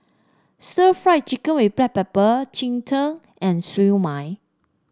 stir Fry Chicken with Black Pepper Cheng Tng and Siew Mai